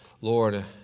Lord